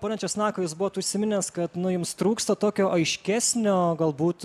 pone česnakai jūs buvot užsiminęs kad nu jums trūksta tokio aiškesnio galbūt